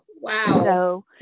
Wow